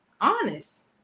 honest